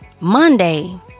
Monday